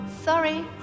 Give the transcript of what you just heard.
sorry